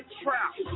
trout